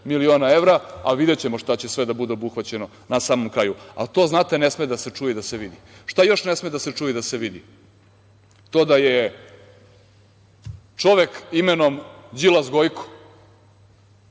miliona evra, a videćemo šta će sve da bude obuhvaćeno na samom kraju, ali to, znate, ne sme da se čuje i da se vidi. Šta još ne sme da se čuje i da se vidi? To da je čovek imenom Đilas Gojko